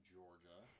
Georgia